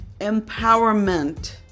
empowerment